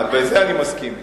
בזה אני מסכים אתך.